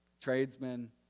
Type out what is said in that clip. tradesmen